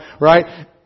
right